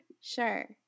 sure